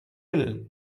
ill